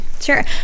sure